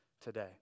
today